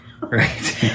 Right